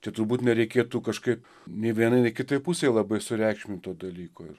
tai turbūt nereikėtų kažkaip nei vienai nei kitai pusei labai sureikšmint to dalyko ir